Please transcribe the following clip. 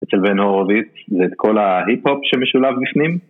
אצל בן הורוביץ, זה את כל ההיפ-הופ שמשולב בפנים.